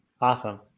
awesome